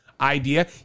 idea